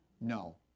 No